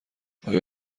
آیا